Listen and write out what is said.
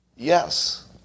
Yes